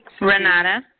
Renata